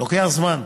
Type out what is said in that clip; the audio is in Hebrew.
לוקח זמן.